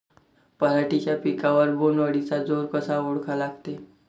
पराटीच्या पिकावर बोण्ड अळीचा जोर कसा ओळखा लागते?